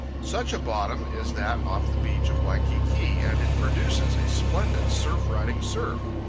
such a bottom is that off the beach of waikiki, and it produces a splendid surf-riding surf.